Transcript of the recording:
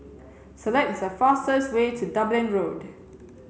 select the fastest way to Dublin Road